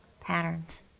patterns